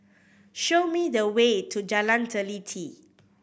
show me the way to Jalan Teliti